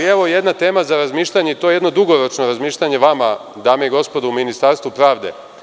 Jedna tema za razmišljanje, i to jedno dugoročno razmišljanje vama, dame i gospodo, u Ministarstvu pravde.